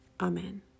Amen